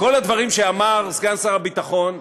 כל הדברים שאמר סגן שר הביטחון,